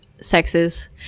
sexes